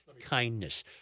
kindness